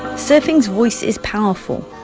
surfing's voice is powerful,